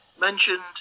mentioned